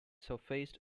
surfaced